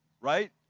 right